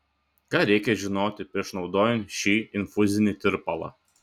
ką reikia žinoti prieš naudojant šį infuzinį tirpalą